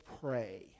pray